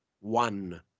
one